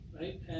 right